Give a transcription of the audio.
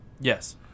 Yes